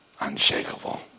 unshakable